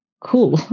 cool